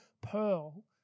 pearl